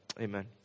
amen